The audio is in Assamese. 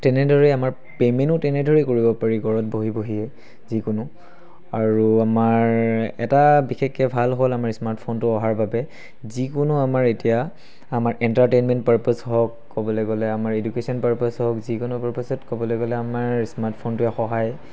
তেনেদৰে আমাৰ পেমেণো তেনেদৰে কৰিব পাৰি ঘৰত বহি বহিয়ে যিকোনো আৰু আমাৰ এটা বিশেষকৈ ভাল হ'ল আমাৰ স্মাৰ্টফোনটো অহাৰ বাবে যিকোনো আমাৰ এতিয়া আমাৰ এণ্টাৰটেইনমেণ্ট পাৰপজ হওক ক'বলৈ গ'লে আমাৰ এডুকেশ্যন পাৰপাজ হওক যিকোনো পাৰপাজত ক'বলৈ গ'লে আমাৰ স্মাৰ্টফোনটোৱে সহায়